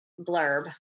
blurb